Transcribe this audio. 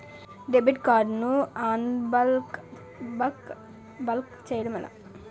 Debit card ను unblock block చేయటం ఎలా?